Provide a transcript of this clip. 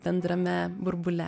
bendrame burbule